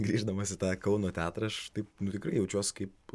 grįždamas į tą kauno teatrą aš taip nu tikrai jaučiuos kaip